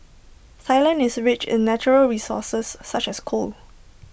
Sai land is rich in natural resources such as coal